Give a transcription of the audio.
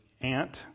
aunt